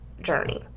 journey